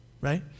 right